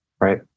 right